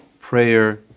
prayer